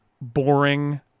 boring